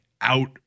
out